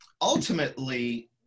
ultimately